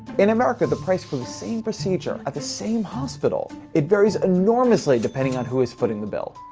in america, the price for the same procedure at the same hospital, it varies enormously depending on who is footing the bill.